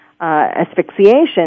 asphyxiation